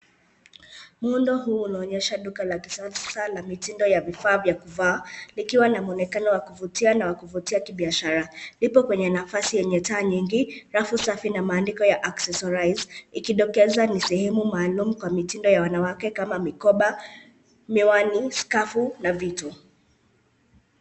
Muundo huu unaonesha duka la kisasa la mitindo ya vifaa vya kuvaa likiwa na mwonekano wa kuvutia na wa kuvutia kibiashara. Ipo kwenye nafasi yenye taa nyingi, rafu safi na maandiko ya accesorize ikidokeza ni sehemu maalumu kwa mitindo ya wanawake kama mikoba, miwani, skafu na vitu.